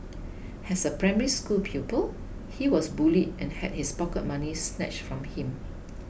has a Primary School pupil he was bullied and had his pocket money snatched from him